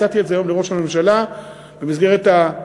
הצעתי את זה היום לראש הממשלה במסגרת המפגש